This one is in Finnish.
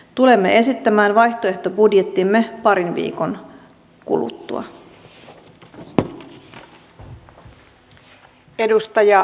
tulemme esittämään vaihtoehtobudjettimme parin viikon kuluttua